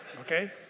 Okay